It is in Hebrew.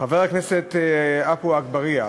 חבר הכנסת עפו אגבאריה,